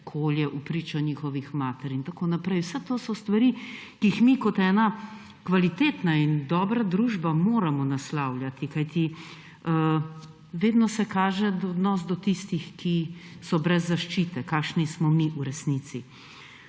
kolje vpričo njihovih mater in tako naprej. Vse to so stvari, ki jih mi kot kvalitetna in dobra družba moramo naslavljati, kajti vedno pokaže odnos do tistih, ki so brez zaščite, kakšni smo mi v resnici.